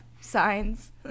signs